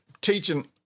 teaching